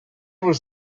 was